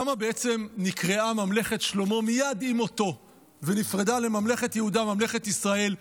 למה נקרעה ממלכת שלמה מייד עם מותו ונפרדה לממלכת יהודה וממלכת ישראל,